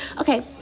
okay